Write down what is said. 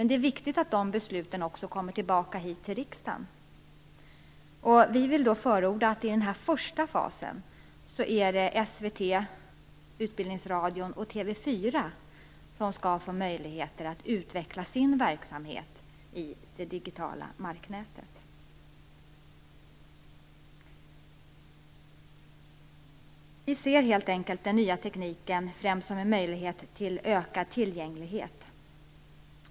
Det är viktigt att besluten fattas i riksdagen. Vi vill förorda att i den första fasen skall SVT, Utbildningsradion och TV 4 skall få möjlighet att utveckla sina verksamheter i det digitala marknätet. Vi ser helt enkelt den nya tekniken främst som en möjlighet till ökad tillgänglighet.